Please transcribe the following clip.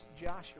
Joshua